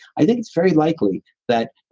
i think it's very likely that